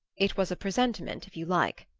it was a presentiment, if you like,